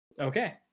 Okay